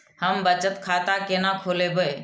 हम बचत खाता केना खोलैब?